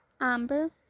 Amber